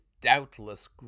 doubtless